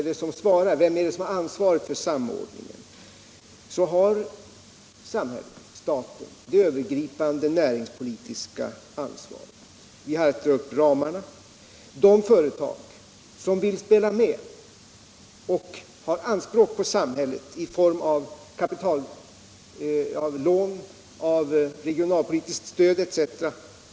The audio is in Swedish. Det = strin, m.m. är väl uppenbart att samhället, staten, har det övergripande näringspo litiska ansvaret. Vi har att dra upp ramarna. De företag som vill spela med och har anspråk på samhället i form av lån, regionalpolitiskt stöd etc.